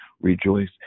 rejoice